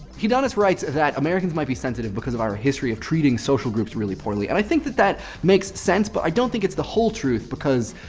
hedonis writes that americans might be sensitive because of our history of treating social groups really poorly. and i think that that makes sense but i don't think it's the whole truth, because,